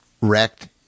wrecked